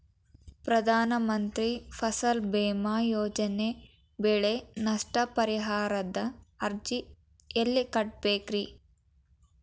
ಪ್ರಧಾನ ಮಂತ್ರಿ ಫಸಲ್ ಭೇಮಾ ಯೋಜನೆ ಬೆಳೆ ನಷ್ಟ ಪರಿಹಾರದ ಅರ್ಜಿನ ಎಲ್ಲೆ ಕೊಡ್ಬೇಕ್ರಿ?